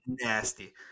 nasty